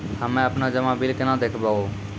हम्मे आपनौ जमा बिल केना देखबैओ?